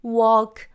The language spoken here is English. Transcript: walk